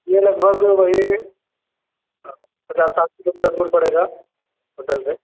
یہ لگ بھگ وہی پچاس ساٹھ کلو میٹر دور پڑے گا ہوٹل میں